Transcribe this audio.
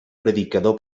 predicador